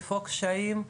איפה הקשיים,